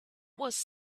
was